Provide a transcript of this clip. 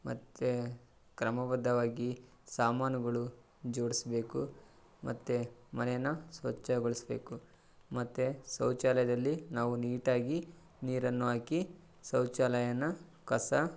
ಮತ್ತು ಕ್ರಮಬದ್ಧವಾಗಿ ಸಾಮಾನುಗಳು ಜೋಡಿಸ್ಬೇಕು ಮತ್ತು ಮನೆಯನ್ನ ಸ್ವಚ್ಛಗೊಳಿಸಬೇಕು ಮತ್ತು ಶೌಚಾಲಯ್ದಲ್ಲಿ ನಾವು ನೀಟಾಗಿ ನೀರನ್ನು ಹಾಕಿ ಶೌಚಾಲಯನ ಕಸ